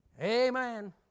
Amen